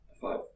five